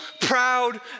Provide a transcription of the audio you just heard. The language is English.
proud